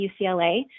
UCLA